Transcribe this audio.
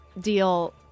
deal